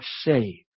saved